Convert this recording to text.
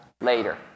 later